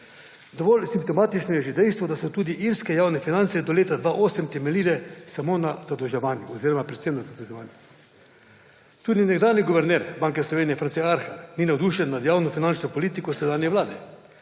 Dovolj simptomatično je že dejstvo, da so tudi irske javne finance do leta 2008 temeljile samo na zadolževanju oziroma predvsem na zadolževanju. Tudi nekdanji guverner Banke Slovenije France Arhar ni navdušen nad javnofinančno politiko sedanje vlade,